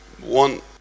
one